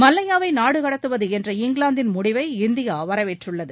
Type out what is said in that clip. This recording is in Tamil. மல்லையாவை நாடுகடத்துவது என்ற இங்கிலாந்தின் முடிவை இந்தியா வரவேற்றுள்ளது